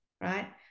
right